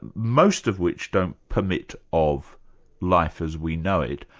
and most of which don't permit of life as we know it,